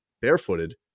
barefooted